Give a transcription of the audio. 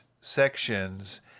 sections